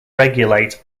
regulate